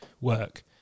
work